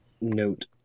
note